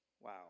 Wow